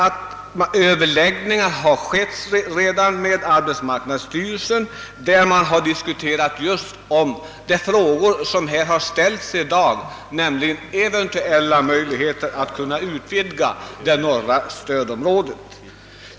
Överläggningar med arbetsmarknadsstyrelsen har redan ägt rum, varvid man diskuterat bl.a. de frågor som varit uppe till behandling i dag, nämligen eventuella möjligheter att utvidga det norra stödområdet.